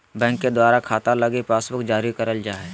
bank के द्वारा खाता लगी पासबुक जारी करल जा हय